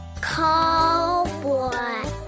Cowboy